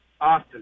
Austin